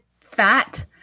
fat